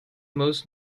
most